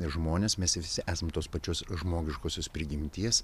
žmonės mes visi esame tos pačios žmogiškosios prigimties